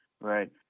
right